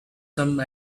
some